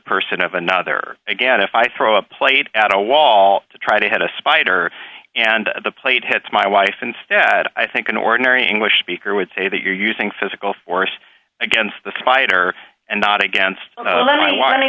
person of another again if i throw a plate at a wall to try to head a spider and the plate hits my wife and i think an ordinary english speaker would say that you're using physical force against the spider and not against then i wan